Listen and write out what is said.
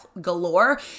galore